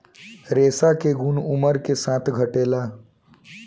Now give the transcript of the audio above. रेशा के गुन उमर के साथे घटेला